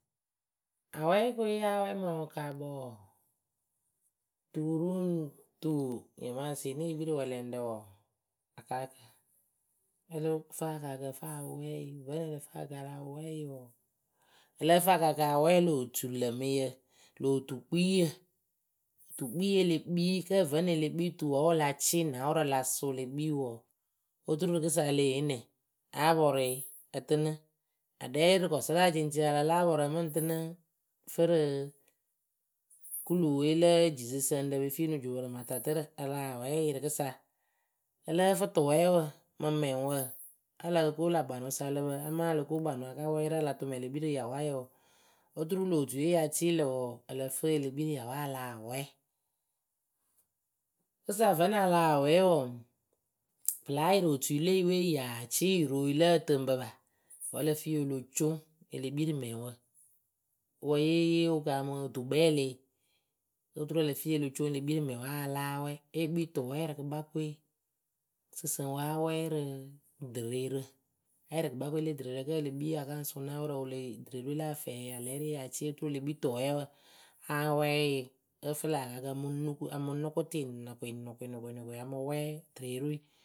Awɛɛkǝ we yáa wɛɛ mɨ wɨkaakpǝ wǝǝ tu ruŋ tu nyɩmaasɩyǝ née kpii rɨ wɛlɛŋrǝ wǝǝ ǝ lǝ́ǝ fɨ akaakǝ awɛɛ lö otulǝmɩyǝ lö otukpiiyǝ tukpiiye e le kpii kǝ́ vǝ́ nɨŋ e le kpii tuwǝ wǝ́ wɨ la cɩɩ naawʊrǝ la sʊʊ le kpii wɨ wǝǝ oturu rɨkɨsa e leh yee nɛ? A pɔrʊ yɨ ǝ tɨnɨ aɖɛ rɨ kɔsɩraa ceŋceŋ a la láa pɔrʊ ǝ mɨŋ tɨnɨ fɨ rɨ kuluwǝ we le jisɨsǝŋrǝ pe fii rɨ juupǝrɩmatatǝrǝ a lah wɛɛ yɨ rɨkɨsa ǝ lǝ́ǝ fɨ tʊwɛɛwǝ mɨ; mɛŋwǝ kǝ o lo ko lä kpanɨwǝ sa ǝ lǝ pǝ amaa o lo ko kpanɨwǝ a ka wɛɛ rɨ a la tʊʊ mɛŋwǝ e le kpii rɨ yawayǝ wǝǝ oturu lö otuyǝ we ya cɩɩ lǝ̈ ǝ lǝ fɨ e le kpii rɨ yawaa a lah wɛɛ kɨsa vǝ́ nɨŋ a lah wɛɛ wǝǝ pɨ láa yɩrɩ otui le eyɨ we yaa cɩɩ yɨ ro yɨ lǝ ǝtɨŋpǝ pa wǝ́ ǝ lǝ fɨ yɨ o lo coŋ e le kpii rɩ mɛŋwǝ wǝ yée yee wɨ kaaamɨ otukpɛɛmlɩ oturu ǝ lǝ fɨ yɨ o lo coŋ e le kpii rɨ mɛŋwe a láa wɛɛ e kpii tʊʊwɛɛwǝ rɨ kɨkpakǝ we sɨsǝŋwǝ a wɛɛ rɨ dɨreerǝ a yɩrɩ kɨkpakǝ le dɨreerǝ kǝ́ e le kpii a ka ŋ sʊʊ naawʊrǝ wɨ le dɨreerǝ we la afɛɛyǝ alɛɛrɩye ya cɩɩ e le kpii tʊwɛɛwǝ a wɛɛ yǝ ǝ fɨ lä akaakǝ o mɨ nuku a mɨ nʊkʊtɩ nʊkwɩ nʊkwɩ nʊkwɩ nʊkwɩ a mɩ wɛɛ dɨreerǝ.